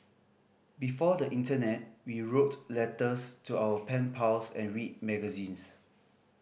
before the internet we wrote letters to our pen pals and read magazines